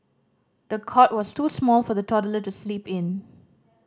the cot was too small for the toddler to sleep in